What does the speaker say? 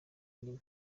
nina